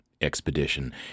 expedition